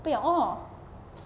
apa yang !aww!